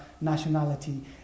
nationality